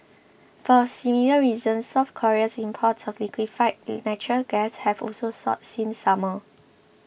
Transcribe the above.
for similar reasons South Korea's imports of liquefied natural gas have also soared since summer